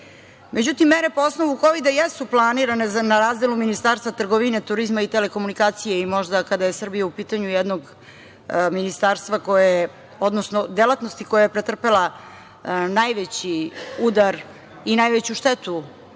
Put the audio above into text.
nalazi.Međutim, mere po osnovu kovida jesu planirane na razdelu Ministarstva trgovine, turizma i telekomunikacije i možda kada je Srbija u pitanju jednog ministarstva, odnosno delatnosti koja je pretrpela najveći udar i najveću štetu